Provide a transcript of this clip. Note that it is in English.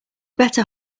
better